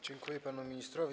Dziękuję panu ministrowi.